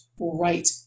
Right